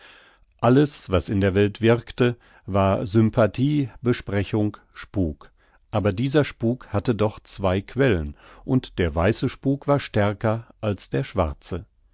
alles was in der welt wirkte war sympathie besprechung spuk aber dieser spuk hatte doch zwei quellen und der weiße spuk war stärker als der schwarze